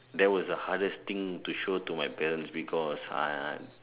that was the hardest thing to show to my parents because I